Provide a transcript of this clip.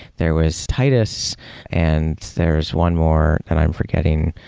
there was titus and there is one more that i'm forgetting.